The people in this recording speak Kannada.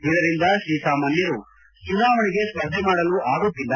ಇದರಿಂದ ಶ್ರೀಸಾಮಾನ್ಯರು ಚುನಾವಣೆಗೆ ಸ್ಪರ್ಧೆ ಮಾಡಲು ಆಗುತ್ತಿಲ್ಲ